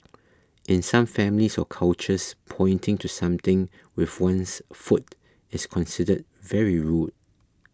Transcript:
in some families or cultures pointing to something with one's foot is considered very rude